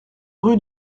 rue